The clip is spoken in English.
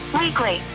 weekly